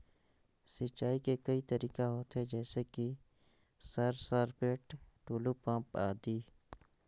सिंचाई के कई तरीका होथे? जैसे कि सर सरपैट, टुलु पंप, आदि?